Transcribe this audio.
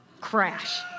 crash